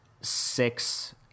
six